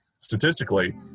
statistically